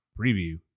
preview